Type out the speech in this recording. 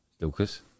Lucas